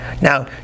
Now